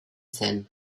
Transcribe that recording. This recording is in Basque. zen